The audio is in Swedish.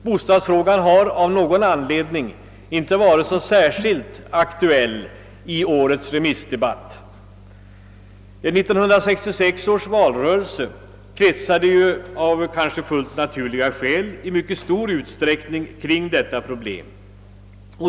Bostadsfrågan har av någon anledning inte varit så särskilt aktuell i årets remissdebatt! 1966 års valrörelse kretsade kanske av fullt naturliga skäl i mycket stor utsträckning kring detta problem.